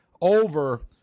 over